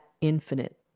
infinite